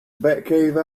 batcave